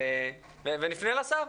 אנחנו נפנה לשר.